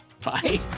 Bye